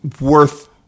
worth